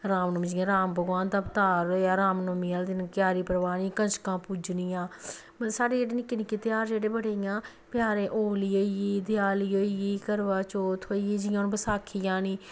रामनौमी जि'यां राम भगवान दा अबतार होएआ रामनौमी आह्ले दिन क्यारी परवानी कंजका पूजनियां मतलब साढ़े जेह्ड़े निक्के निक्के तेहार जेह्ड़े बड़े इ'यां प्यारे होली होई गेई देआली होई गेई करवाचौथ होई गेई जि'यां हून बसाखी औनी